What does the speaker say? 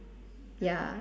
ya